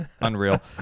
Unreal